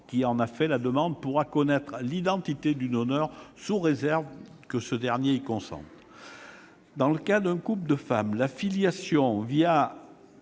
qui en fait la demande pourra connaître l'identité du donneur, sous réserve que ce dernier y consente. Dans le cas d'un couple de femmes, la filiation